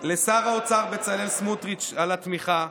לשר האוצר בצלאל סמוטריץ' על התמיכה.